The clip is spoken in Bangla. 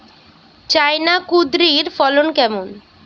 চায়না কুঁদরীর ফলন কেমন?